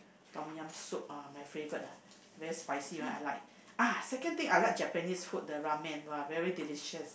Tom-Yum soup uh my favourite ah very spicy one I like ah second thing I like Japanese food the ramen !wah! very delicious